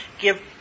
give